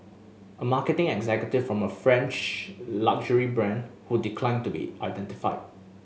a marketing executive from a French luxury brand who declined to be identified